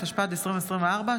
התשפ"ד2024 ,